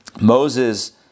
Moses